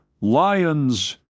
lions